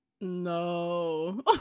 No